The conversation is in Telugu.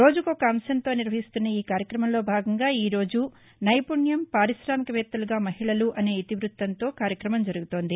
రోజు కొక అంశంతో నిర్వహిస్తున్న ఈ కార్యక్రమంలో భాగంగా ఈ రోజు నైపుణ్యం పార్కికామికవేత్తలుగా మహిళలు అన్న ఇతివ్బత్తంతో కార్యక్రమం జరుగుతోంది